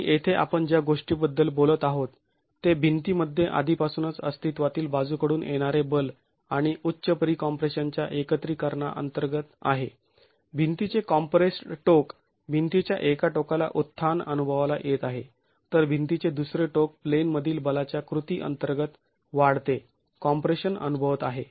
आणि येथे आपण ज्या गोष्टीबद्दल बोलत आहोत ते भिंतीमध्ये आधीपासूनच अस्तित्वातील बाजूकडून येणारे बल आणि उच्च प्री कॉम्प्रेशन च्या एकत्रीकरणा अंतर्गत आहे भिंतीचे कॉम्प्रेस्ड् टोक भिंतीच्या एका टोकाला उत्थान अनुभवाला येत आहे तर भिंतीचे दुसरे टोक प्लेनमधील बलाच्या कृती अंतर्गत वाढते कॉम्प्रेशन अनुभवत आहे